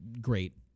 great